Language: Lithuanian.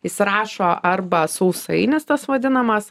įsirašo arba sausainis tas vadinamas